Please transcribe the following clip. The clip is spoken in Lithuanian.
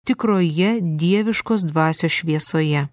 tikroje dieviškos dvasios šviesoje